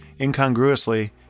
incongruously